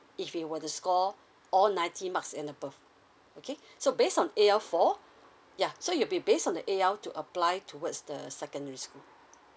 if you were to score all ninety marks and above okay so based on A_L four ya so you'll be based on the A_L to apply towards the secondary school